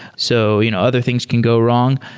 so, you know other things can go wrong.